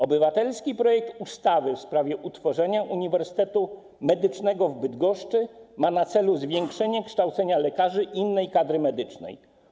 Obywatelski projekt ustawy w sprawie utworzenia Uniwersytetu Medycznego w Bydgoszczy ma na celu zwiększenie liczby kształconych lekarzy i innej kadry medycznej.